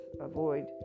avoid